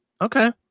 Okay